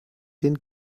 den